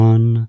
One